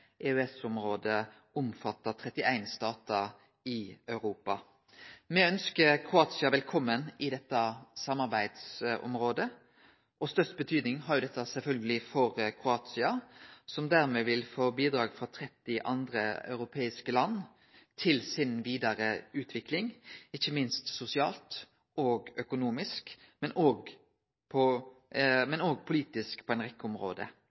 statar i Europa. Me ønskjer Kroatia velkomen i dette samarbeidsområdet. Størst betyding har dette sjølvsagt for Kroatia, som dermed vil få bidrag frå 30 andre europeiske land til si vidare utvikling – ikkje minst sosialt og økonomisk, men òg politisk på